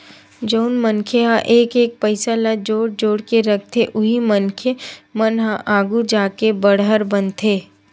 जउन मनखे ह एक एक पइसा ल जोड़ जोड़ के रखथे उही मनखे मन ह आघु जाके बड़हर बनथे